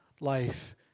life